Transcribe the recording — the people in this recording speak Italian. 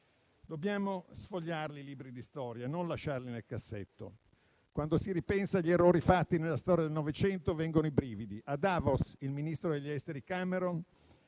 Dobbiamo sfogliarli i libri di storia, non lasciarli nel cassetto. Quando si ripensa agli errori fatti nella storia del Novecento vengono i brividi. A Davos il ministro degli esteri Cameron